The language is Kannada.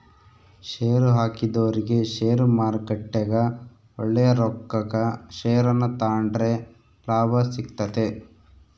ಷೇರುಹಾಕಿದೊರಿಗೆ ಷೇರುಮಾರುಕಟ್ಟೆಗ ಒಳ್ಳೆಯ ರೊಕ್ಕಕ ಷೇರನ್ನ ತಾಂಡ್ರೆ ಲಾಭ ಸಿಗ್ತತೆ